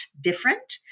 different